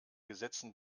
gesetzen